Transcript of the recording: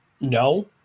No